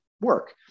work